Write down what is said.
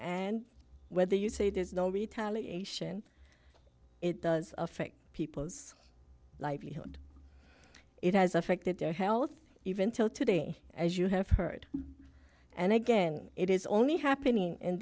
and whether you say there's no retaliation it does affect people's livelihood it has affected their health even till today as you have heard and again it is only happening in